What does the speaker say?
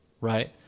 right